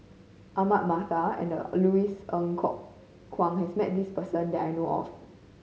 Ahmad Mattar and Louis Ng Kok Kwang has met this person that I know of